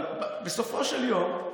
אבל, בסופו של יום,